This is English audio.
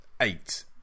Eight